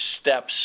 steps